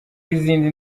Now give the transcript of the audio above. y’izindi